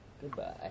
goodbye